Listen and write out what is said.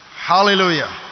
Hallelujah